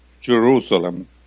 Jerusalem